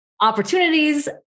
opportunities